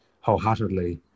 wholeheartedly